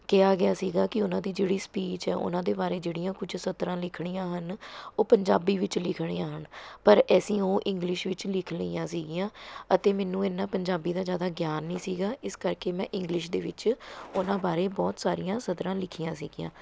ਕਿਹਾ ਗਿਆ ਸੀਗਾ ਕੀ ਉਹਨਾਂ ਦੀ ਜਿਹੜੀ ਸਪੀਚ ਹੈ ਉਹਨਾਂ ਦੇ ਬਾਰੇ ਜਿਹੜੀਆਂ ਕੁਝ ਸਤਰਾਂ ਲਿਖਣੀਆਂ ਹਨ ਉਹ ਪੰਜਾਬੀ ਵਿੱਚ ਲਿਖਣੀਆਂ ਹਨ ਪਰ ਅਸੀਂ ਉਹ ਇੰਗਲਿਸ਼ ਵਿੱਚ ਲਿਖ ਲਈਆਂ ਸੀਗੀਆਂ ਅਤੇ ਮੈਨੂੰ ਇੰਨਾ ਪੰਜਾਬੀ ਦਾ ਜ਼ਿਆਦਾ ਗਿਆਨ ਨੀ ਸੀਗਾ ਇਸ ਕਰਕੇ ਮੈਂ ਇੰਗਲਿਸ਼ ਦੇ ਵਿੱਚ ਉਹਨਾਂ ਬਾਰੇ ਬਹੁਤ ਸਾਰੀਆਂ ਸਤਰਾਂ ਲਿਖੀਆਂ ਸੀਗੀਆਂ